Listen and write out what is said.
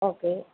okay